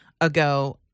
ago